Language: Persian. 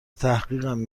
تحقیقم